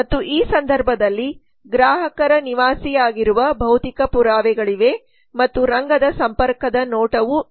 ಮತ್ತು ಈ ಸಂದರ್ಭದಲ್ಲಿ ಗ್ರಾಹಕರ ನಿವಾಸಿಯಾಗಿರುವ ಭೌತಿಕ ಪುರಾವೆಗಳಿವೆ ಮತ್ತು ರಂಗದ ಸಂಪರ್ಕದ ನೋಟವೂ ಇದೆ